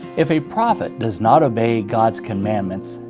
if a prophet does not obey god's commandments,